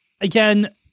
again